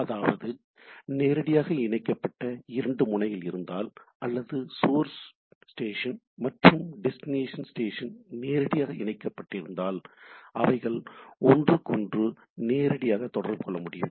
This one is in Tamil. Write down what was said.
அதாவது நேரடியாக இணைக்கப்பட்ட இரண்டு முனைகள் இருந்தால் அல்லது சோர்ஸ் ஸ்டேஷன் மற்றும் டெஸ்டினேஷன் ஸ்டேஷன் நேரடியாக இணைக்கப்பட்டிருந்தால் அவைகள் ஒன்றுக்கொன்று நேரடியாக தொடர்புகொள்ள முடியும்